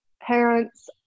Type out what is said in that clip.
Parents